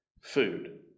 food